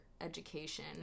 Education